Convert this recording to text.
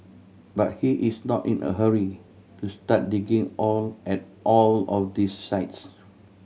but he is not in a hurry to start digging all at all of these sites